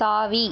தாவி